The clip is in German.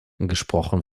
gesprochen